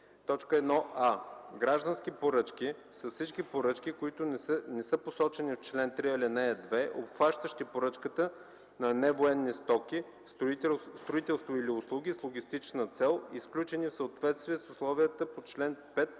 1а. „Граждански поръчки” са всички поръчки, които не се посочени в чл. 3, ал. 2, обхващащи поръчката на невоенни стоки, строителство или услуги с логистична цел и сключени в съответствие с условията по чл. 5,